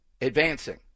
advancing